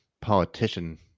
politician